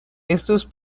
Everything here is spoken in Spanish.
estos